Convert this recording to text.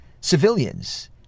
civilians